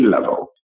level